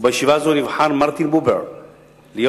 ובישיבה הזאת נבחר מרטין בובר להיות